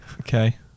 Okay